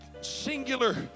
singular